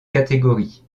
catégorie